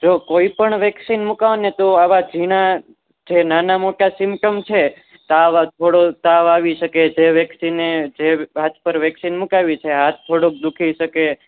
જો કોઈ પણ વેકસીન મૂકાવો ને તો આવા જીણા જે નાના મોટા સિમ્પ્ટમ છે તાવ થોડો તાવ આવી શકે છે વેક્સીને જે હાથ પર વેક્સિન મુકાવી છે એ હાથ થોડોક દુખી શકે